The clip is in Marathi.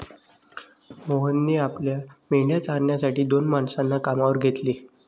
मोहनने आपल्या मेंढ्या चारण्यासाठी दोन माणसांना कामावर घेतले